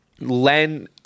Len